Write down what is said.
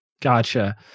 Gotcha